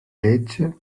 legge